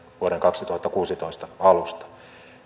vuoden kaksituhattakuusitoista alusta